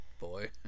Boy